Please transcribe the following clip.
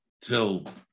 till